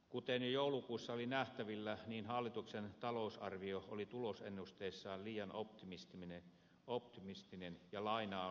kuten jo joulukuussa oli nähtävillä niin hallituksen talousarvio oli tulosennusteissaan liian optimistinen ja lainaa on nyt otettava